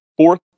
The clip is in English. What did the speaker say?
Fourth